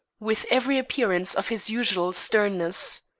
with every appearance of his usual sternness.